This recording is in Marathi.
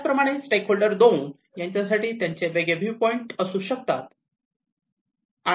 त्याचप्रमाणे स्टेक होल्डर्स दोन यांसाठी त्यांचे वेगळे व्यू पॉइंट असू शकतात